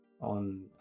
on